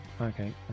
okay